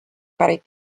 pärit